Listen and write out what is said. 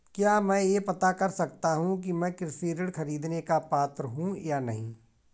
क्या मैं यह पता कर सकता हूँ कि मैं कृषि ऋण ख़रीदने का पात्र हूँ या नहीं?